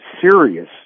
serious